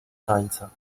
tańca